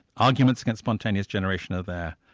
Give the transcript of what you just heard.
arguments against spontaneous generation are there,